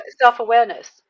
self-awareness